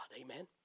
Amen